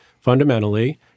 fundamentally